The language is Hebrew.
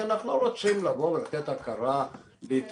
כי אנחנו לא רוצים לבוא ולתת הכרה להתארגנויות